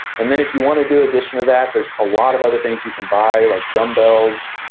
and then if you wanna do addition to that, there's a lot of other things you can buy like dumbbells,